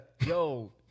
Yo